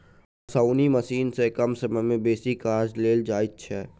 ओसौनी मशीन सॅ कम समय मे बेसी काज लेल जाइत छै